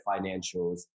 financials